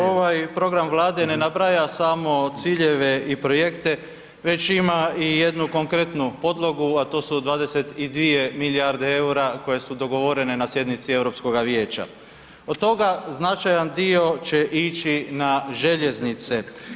Ovaj program Vlade ne nabraja samo ciljeve i projekte već ima i jednu konkretnu podlogu, a to su 22 milijarde eura koje su dogovorene na sjednici Europskoga vijeća, od toga značajan dio će ići na željeznice.